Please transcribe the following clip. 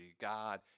God